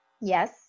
Yes